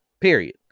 Period